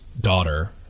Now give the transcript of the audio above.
daughter